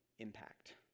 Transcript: impact